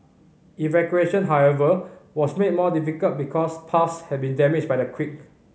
evacuation however was made more difficult because paths had been damaged by the quake